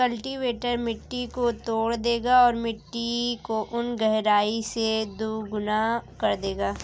cultivator मिट्टी को तोड़ देगा और मिट्टी को उन गहराई से दोगुना कर देगा